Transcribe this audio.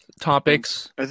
Topics